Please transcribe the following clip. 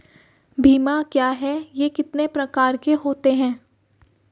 बीमा क्या है यह कितने प्रकार के होते हैं?